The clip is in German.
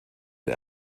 der